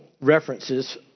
references